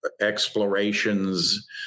explorations